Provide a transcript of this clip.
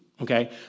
okay